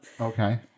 Okay